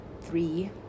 three